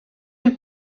have